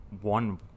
one